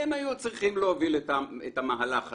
הם היו צריכים להוביל את המהלך הזה.